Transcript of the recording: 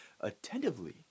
attentively